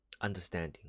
Understanding